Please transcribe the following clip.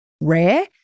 rare